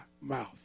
mouth